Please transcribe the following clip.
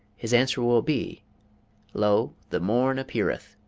his answer will be lo, the morn appeareth.